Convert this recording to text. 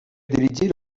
dirigir